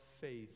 faith